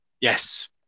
Yes